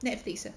Netflix leh